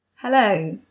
Hello